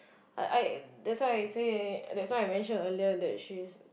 I I that's why I say that's why I mention earlier that she's